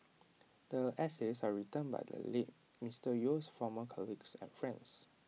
the essays are written by the late Mister Yeo's former colleagues and friends